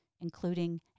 including